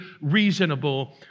reasonable